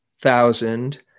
thousand